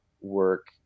work